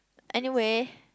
anyway